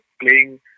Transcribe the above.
playing